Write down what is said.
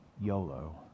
YOLO